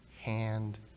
hand